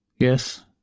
Yes